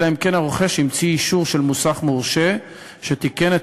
אלא אם כן הרוכש המציא אישור של מוסך מורשה שתיקן את